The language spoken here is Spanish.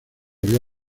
había